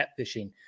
catfishing